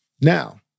Now